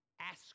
ask